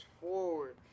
forward